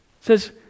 Says